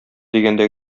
дигәндә